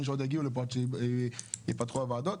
שיגיעו לפה עוד נושאים עד שיוקמו הוועדות.